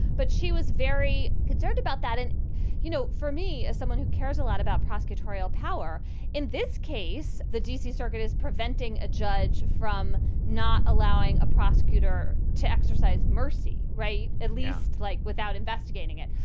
but she was very concerned about that. and you know, for me, as someone who cares a lot about prosecutorial power in this case, the d c. circuit is preventing a judge from not allowing a prosecutor to exercise mercy. right. at least like without investigating it.